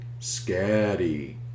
scatty